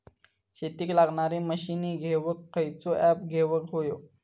शेतीक लागणारे मशीनी घेवक खयचो ऍप घेवक होयो?